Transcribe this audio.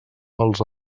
als